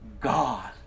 God